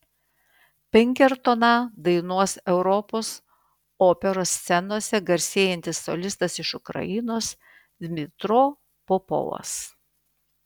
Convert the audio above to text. pinkertoną dainuos europos operos scenose garsėjantis solistas iš ukrainos dmytro popovas